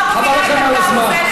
חבל לכם על הזמן.